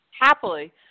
Happily